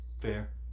Fair